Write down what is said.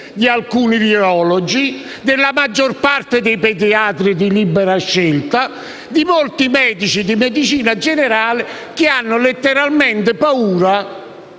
di alcuni virologi e della maggior parte dei pediatri di libera scelta e di molti medici di medicina generale, che hanno letteralmente paura